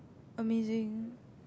amazing